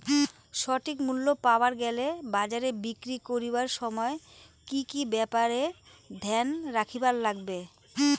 সঠিক মূল্য পাবার গেলে বাজারে বিক্রি করিবার সময় কি কি ব্যাপার এ ধ্যান রাখিবার লাগবে?